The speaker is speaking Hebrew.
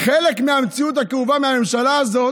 חלק מהמציאות הכאובה של הממשלה הזאת,